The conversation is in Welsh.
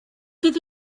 fydd